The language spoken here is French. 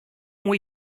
ont